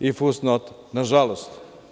I fusnota, nažalost.